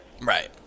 Right